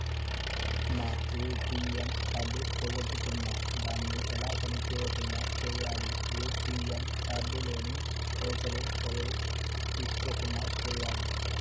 నా ATM card పోగొట్టుకున్నా దాన్ని ఎలా పని చేయకుండా చేయాలి ఏ.టి.ఎమ్ కార్డు లోని పైసలు ఎవరు తీసుకోకుండా చేయాలి?